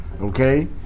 okay